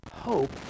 hope